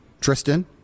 Tristan